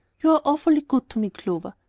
you're awfully good to me, clover,